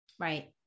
Right